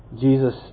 Jesus